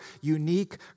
unique